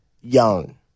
Young